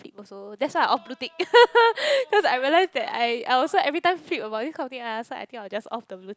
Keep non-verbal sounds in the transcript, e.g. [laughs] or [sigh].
also that's why I off blue tick [laughs] cause I realise that I I also every time flip about this kind of thing ah so I think I will just off the blue tick